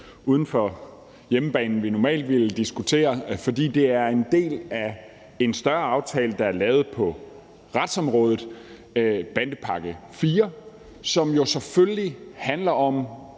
uden for den hjemmebane, vi normalt vil diskutere på, for det er en del af en større aftale, der er lavet på retsområdet, nemlig bandepakke IV, som jo selvfølgelig handler om